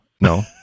No